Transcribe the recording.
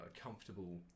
comfortable